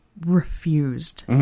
refused